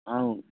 అవును